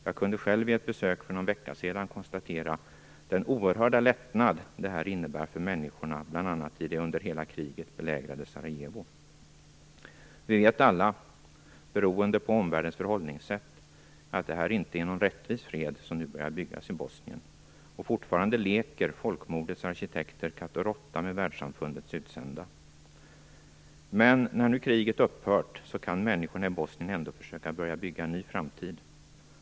Jag kunde själv vid ett besök för någon vecka sedan konstatera den oerhörda lättnad det här innebär för människorna, bl.a. i det under hela kriget belägrade Sarajevo. Vi vet alla, beroende på omvärldens förhållningssätt, att det inte är någon rättvis fred som nu börjar byggas i Bosnien. Fortfarande leker folkmordets arkitekter katt och råtta med världssamfundets utsända. Men när nu kriget upphört kan människorna i Bosnien ändå försöka bygga en ny framtid.